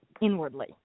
inwardly